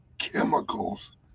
chemicals